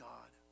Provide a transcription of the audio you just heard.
God